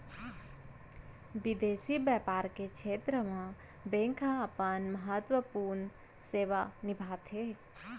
बिंदेसी बैपार के छेत्र म बेंक ह अपन महत्वपूर्न सेवा निभाथे